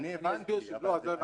הבנתי אותך.